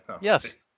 Yes